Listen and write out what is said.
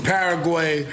Paraguay